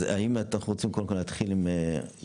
אז אנחנו רוצים קודם כל להתחיל איתך,